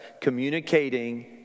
communicating